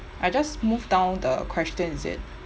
I just move down the question is it